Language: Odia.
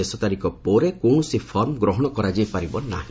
ଶେଷ ତାରିଖ ପରେ କୌଣସି ଫର୍ମ ଗ୍ରହଣ କରାଯାଇପାରିବ ନାହିଁ